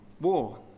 war